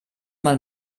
mal